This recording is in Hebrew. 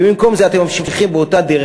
ובמקום זה אתם ממשיכים באותה דרך.